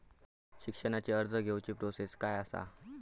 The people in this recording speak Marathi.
शिक्षणाची कर्ज घेऊची प्रोसेस काय असा?